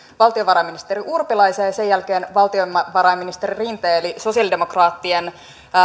valtiovarainministeri urpilaisen ja sen jälkeen valtiovarainministeri rinteen eli sosialidemokraattien